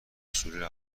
اصول